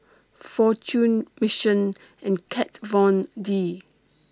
Fortune Mission and Kat Von D